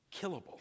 killable